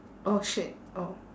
oh shit oh